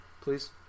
please